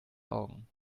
augen